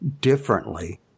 differently